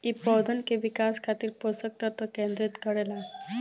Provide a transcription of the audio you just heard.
इ पौधन के विकास खातिर पोषक तत्व केंद्रित करे ला